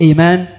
Amen